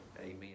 Amen